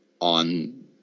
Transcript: on